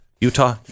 Utah